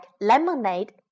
lemonade